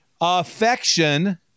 affection